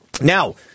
Now